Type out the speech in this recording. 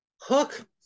Hook